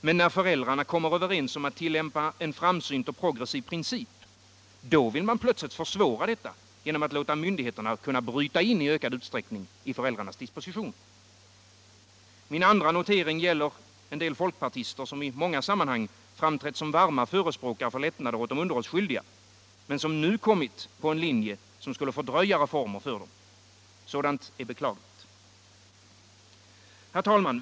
Men när föräldrarna kommer överens om att tillämpa en framsynt och progressiv princip — då vill man plötsligt försvåra detta genom att låta myndigheterna kunna bryta in i ökad utsträckning i föräldrarnas dispositioner. Min andra notering gäller vissa folkpartister, som i många sammanhang framträtt som varma förespråkare för lättnader åt de underhållsskyldiga men som nu ställt sig bakom en linje som skulle fördröja reformer för dessa. Sådant är beklagligt. Herr talman!